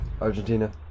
Argentina